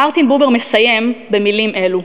מרטין בובר מסיים במילים אלו,